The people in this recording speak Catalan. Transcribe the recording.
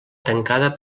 tancada